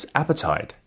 appetite